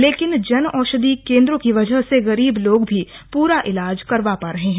लेकिन जन औशधि केंद्रों की वजह से गरीब लोग भी पूरा ईलाज करवा पा रहे हैं